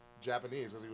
Japanese